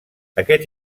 aquest